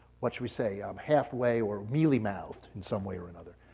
what should we say, um halfway or mealy-mouthed in some way or another,